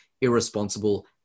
irresponsible